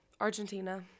Argentina